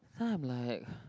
then I'm like